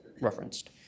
referenced